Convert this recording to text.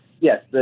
yes